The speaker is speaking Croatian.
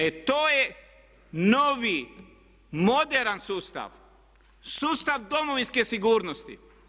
E to je novi moderan sustav, sustav domovinske sigurnosti.